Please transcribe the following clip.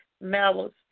malice